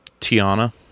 tiana